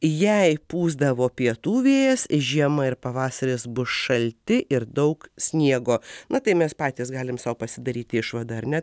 jei pūsdavo pietų vėjas žiema ir pavasaris bus šalti ir daug sniego na tai mes patys galim sau pasidaryti išvadą ar ne